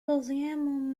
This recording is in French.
deuxième